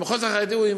במחוז החרדי יש